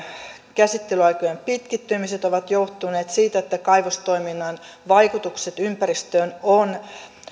käsittelyaikojen pitkittymiset ovat johtuneet siitä että kaivostoiminnan vaikutukset ympäristöön on